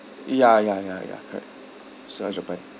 ya ya ya ya correct so I